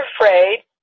afraid